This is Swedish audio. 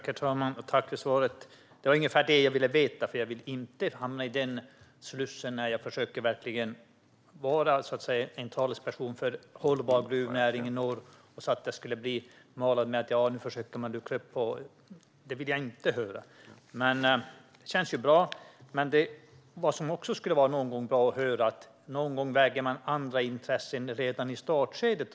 Herr talman! Tack för svaret, ministern! Det var ungefär det jag ville veta. Jag försöker verkligen vara en talesperson för hållbar gruvnäring i norr, och jag vill inte hamna i den situationen att det låter som att man försöker luckra upp detta. Det vill jag inte höra. Men detta känns bra. Vad som också skulle vara bra att höra någon gång är att man väger in andra intressen redan i startskedet.